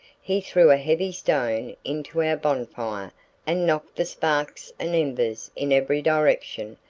he threw a heavy stone into our bonfire and knocked the sparks and embers in every direction,